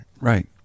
right